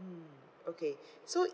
mm okay so i~